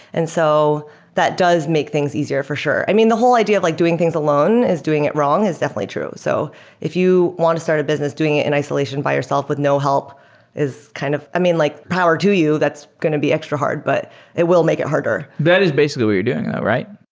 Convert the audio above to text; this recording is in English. and so that does make things easier for sure. i mean, the whole idea of like doing things alone is doing it wrong is definitely true. so if you want to start a business doing it in isolation by yourself with no help is kind of i mean, like power to you, that's going to be extra hard, but it will make it harder that is basically what you're doing though, right?